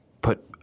put